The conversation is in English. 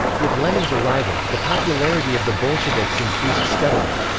with lenin's arrival, the popularity of the bolsheviks increased steadily.